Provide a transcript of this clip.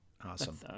Awesome